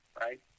right